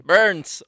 Burns